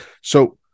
So-